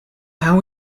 how